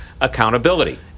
accountability